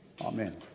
Amen